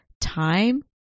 time